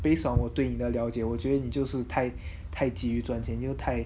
based on 我对你的了解我觉你就是太太急于赚钱就是太